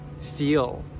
feel